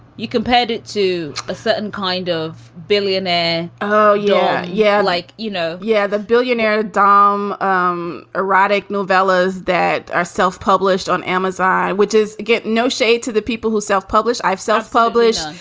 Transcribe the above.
you compared it to a certain kind of billionaire. oh, yeah. yeah. like, you know. yeah the billionaire dom um erotic novellas that are self published on amazon. which is get no say to the people who self publish. i've self publish,